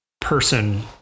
person